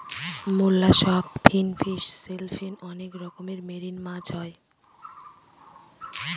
mollusc, finfish, shellfish অনেক রকমের marine মাছ হয়